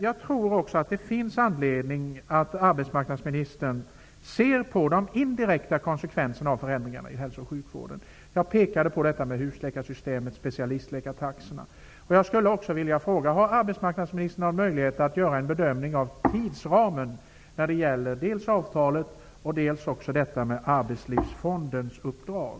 Jag tror också att det finns anledning för arbetsmarknadsministern att se på de indirekta konsekvenserna av förändringarna i hälso och sjukvården. Jag pekade på detta med husläkarsystemet och specialistläkartaxorna. Jag skulle också vilja fråga: Har arbetsmarknadsministern någon möjlighet att göra en bedömning av tidsramen när det gäller dels avtalet, dels Arbetsmiljöfondens uppdrag?